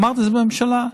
ואמרתי את זה בממשלה.